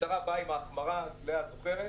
המשטרה באה עם החמרה לאה, את זוכרת?